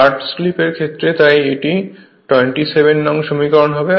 start slip এর ক্ষেত্রে তাই এটি 27নং সমীকরণ হবে